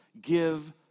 give